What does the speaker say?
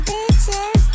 Bitches